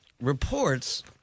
reports